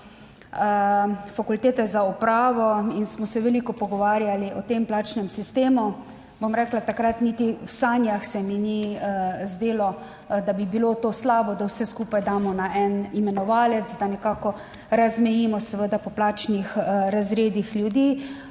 Fakultete za upravo in smo se veliko pogovarjali o tem plačnem sistemu. Bom rekla, takrat niti v sanjah se mi ni zdelo, da bi bilo to slabo, da vse skupaj damo na en imenovalec, da nekako razmejimo seveda po plačnih razredih ljudi,